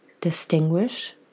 distinguish